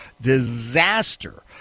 disaster